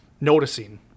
noticing